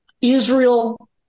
Israel